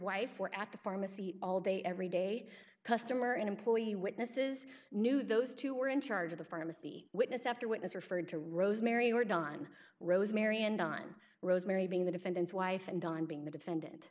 wife or at the pharmacy all day every day customer an employee witnesses knew those two were in charge of the pharmacy witness after witness referred to rosemary were done rosemary and on rosemary being the defendant's wife and on being the defendant